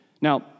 Now